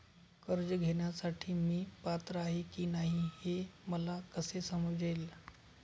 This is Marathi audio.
कर्ज घेण्यासाठी मी पात्र आहे की नाही हे मला कसे समजेल?